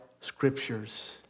scriptures